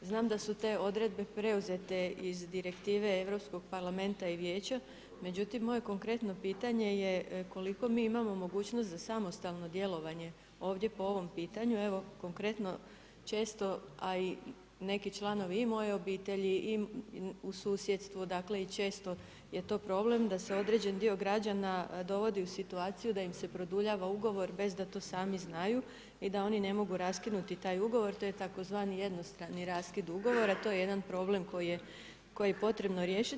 Znam da su te odredbe preuzete iz direktive Europskog parlamenta i vijeća, međutim moje konkretno pitanje je koliko mi imamo mogućnost za samostalno djelovanje ovdje po ovom pitanju, evo konkretno često, a i neki članovi i moje obitelji i u susjedstvu i često je to problem da se određen dio građana dovodi u situaciju da im se produljava ugovor bez da to sami znaju i da oni ne mogu raskinuti taj ugovor, to je tzv. jednostrani raskid ugovora, to je jedan problem koji je potrebno riješit.